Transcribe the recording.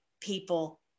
people